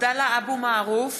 עבדאללה אבו מערוף,